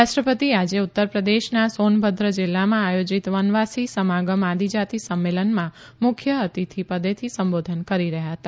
રાષ્ર પતિ આજે ઉત્તરપ્રદેશના સોનભદ્ર જીલ્લામાં આયોજીત વનવાસી સમાગમ આદિજાતિ સંમેલનમાં મુખ્ય અતિથી પદેથી સંબોધન કરી રહ્યા હતા